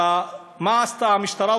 מה עשתה המשטרה,